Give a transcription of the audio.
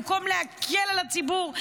במקום להקל על הציבור,